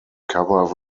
cover